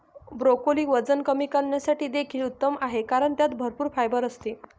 broccoli वजन कमी करण्यासाठी देखील उत्तम आहे कारण त्यात भरपूर फायबर असते